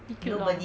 he killed lor